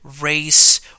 race